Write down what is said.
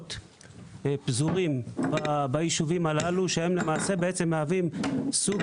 כוחות פזורים בישובים הללו שהם למעשה מהווים סוג